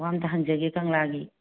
ꯋꯥ ꯑꯃꯇ ꯍꯪꯖꯒꯦ ꯀꯪꯂꯥꯒꯤ